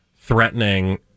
threatening